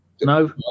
No